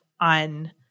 on